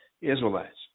Israelites